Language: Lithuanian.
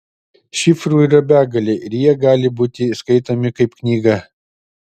šifrų yra begalė ir jie gali būti skaitomi kaip knyga